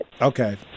Okay